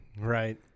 right